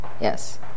Yes